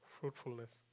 Fruitfulness